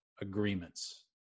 agreements